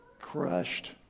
crushed